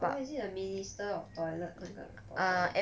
orh is it the minister of toilet 那个 boy boy